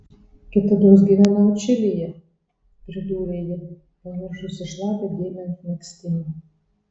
kitados gyvenau čilėje pridūrė ji pamiršusi šlapią dėmę ant megztinio